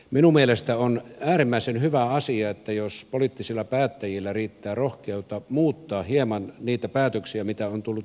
minun mielestäni on äärimmäisen hyvä asia jos poliittisilla päättäjillä riittää rohkeutta muuttaa hieman niitä päätöksiä mitä on tullut tehdyksi